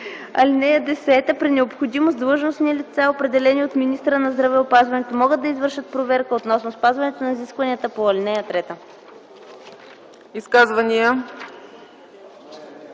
тече. (10) При необходимост длъжностни лица, определени от министъра на здравеопазването, могат да извършат проверка относно спазването на изискванията по ал. 3.”